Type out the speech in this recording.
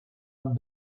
and